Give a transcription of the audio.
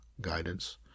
guidance